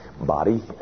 body